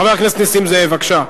חבר הכנסת נסים זאב, בבקשה.